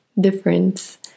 difference